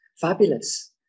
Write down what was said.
fabulous